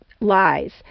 lies